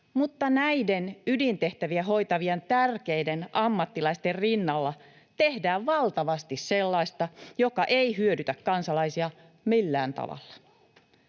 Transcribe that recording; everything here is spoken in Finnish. mutta näiden ydintehtäviä hoitavien tärkeiden ammattilaisten rinnalla tehdään valtavasti sellaista, mikä ei hyödytä kansalaisia millään tavalla.